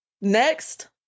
Next